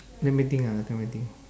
let me think ah let me think